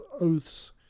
oaths